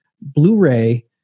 Blu-ray